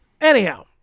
Anyhow